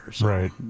Right